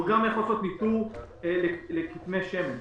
הוא גם יכול לעשות ניטור לכתמי שמן.